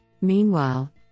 Meanwhile